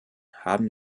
haben